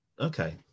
Okay